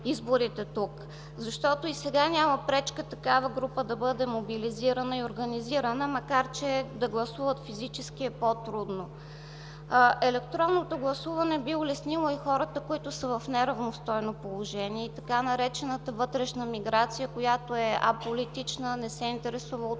тук. И сега няма пречка такава група да бъде мобилизирана и организирана, макар че да гласуват физически е по-трудно. Електронното гласуване би улеснило и хората, които са в неравностойно положение и така наречената „вътрешна миграция”, която е аполитична, не се интересува от политика